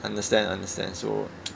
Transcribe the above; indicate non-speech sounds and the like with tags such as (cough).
understand understand so (noise)